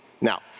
Now